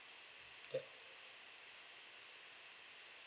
yup